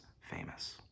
famous